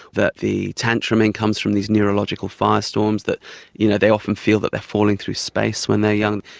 that the tantruming comes from these neurological firestorms, that you know they often feel that they are falling through space when they are young.